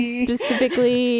specifically